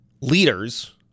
leaders